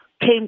came